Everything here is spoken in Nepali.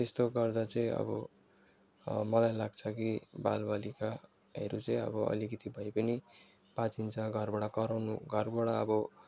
त्यस्तो गर्दा चाहिँ अब मलाई लाग्छ कि बाल बालिकाहरू चाहिँ अब अलिकति भए पनि बाँचिन्छ घरबाट कराउनु घरबाट अब